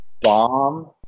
bomb